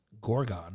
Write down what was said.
Gorgon